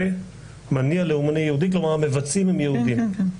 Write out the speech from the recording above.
מניע לאומני יהודי, כלומר המבצעים הם יהודים.